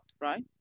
right